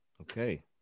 Okay